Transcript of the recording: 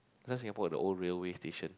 you know Singapore have the old railway station